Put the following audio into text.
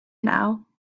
now